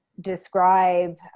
describe